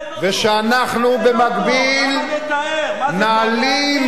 ושאנחנו במקביל נעלים,